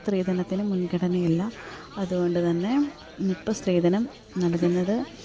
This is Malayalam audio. സ്ത്രീധനത്തിന് മുൻഗണനയില്ല അതുകൊണ്ട് തന്നെ ഇപ്പം സ്ത്രീധനം നൽകുന്നത്